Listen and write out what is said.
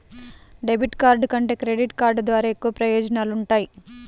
debit card కంటే credit card ద్వారా ఎక్కువ ప్రయోజనాలు వుంటయ్యి